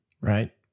right